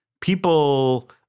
People